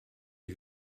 die